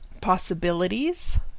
possibilities